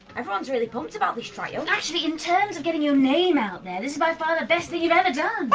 everyone's really pumped about this trial. actually, in terms of getting our ah name out there, this is by far the best thing you've ever done.